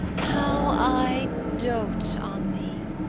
how i dote on thee!